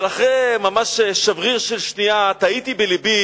אבל אחרי ממש שבריר של שנייה תהיתי בלבי,